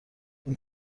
این